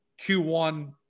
Q1